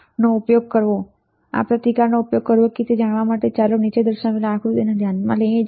• કયા પ્રતિકારનો ઉપયોગ કરવો તે જાણવા માટે ચાલો નીચે દર્શાવેલ આકૃતિને ધ્યાનમાં લઈએ